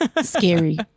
Scary